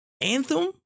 Anthem